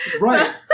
right